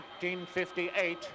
1958